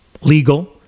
legal